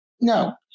No